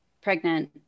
pregnant